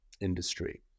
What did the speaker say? industry